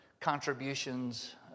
contributions